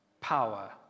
power